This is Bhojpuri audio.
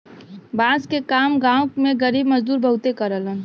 बांस के काम गांव में गरीब मजदूर बहुते करेलन